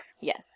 Yes